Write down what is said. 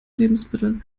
lebensmitteln